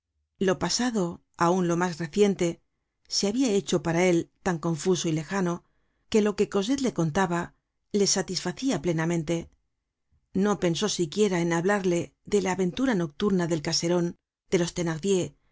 lo pasado aun lo mas reciente se habia hecho para content from google book search generated at él tan confuso y lejano que lo que gosette le contaba le satisfacia plenamente no pensó siquiera en hablarle de la aventura nocturna del caseron de los